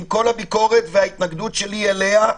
עם כל הביקורת וההתנגדות שלי אליה,